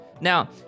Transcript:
Now